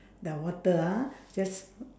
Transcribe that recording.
the water ah just